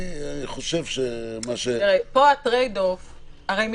אני חושב שמה ש --- הרי מלכתחילה